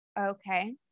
okay